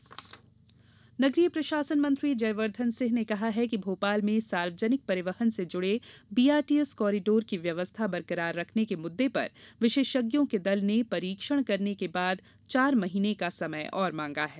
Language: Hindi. कॉरीडोर नगरीय प्रशासन मंत्री जयवर्धन सिंह ने कहा है कि भोपाल में सार्वजनिक परिवहन से जुड़े बीआरटीएस कॉरिडोर की व्यवस्था बरकरार रखने के मुद्दे पर विशेषज्ञों के दल ने परीक्षण करने के बाद चार माह का समय और मांगा है